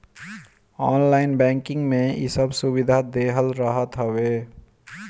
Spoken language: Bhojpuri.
ऑनलाइन बैंकिंग में इ सब सुविधा देहल रहत हवे